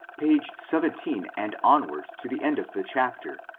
p. seventeen, and onward to the end of the chapter,